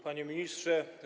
Panie Ministrze!